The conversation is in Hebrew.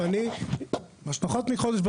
אני נמצא בתפקיד פחות מחודש,